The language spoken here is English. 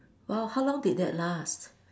!wow! how long did that last